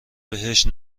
بهش